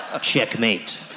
Checkmate